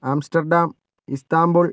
Amsterdam Istanbul